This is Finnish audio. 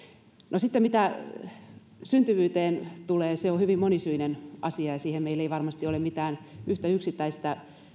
no mitä sitten syntyvyyteen tulee se on hyvin monisyinen asia ja siihen meillä ei varmasti ole mitään yhtä yksittäistä